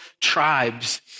tribes